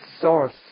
source